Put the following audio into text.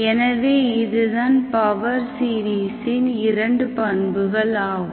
எனவே இதுதான் power series இன் இரண்டு பண்புகள் ஆகும்